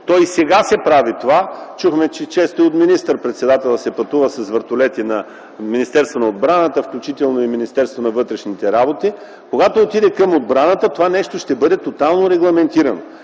И сега се прави това. Чухме, че често министър-председателят си пътува с вертолети на Министерството на отбраната, включително и Министерството на вътрешните работи. Когато отиде към отбраната, това нещо ще бъде тотално регламентирано